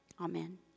Amen